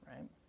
right